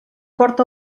porta